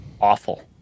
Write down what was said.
Awful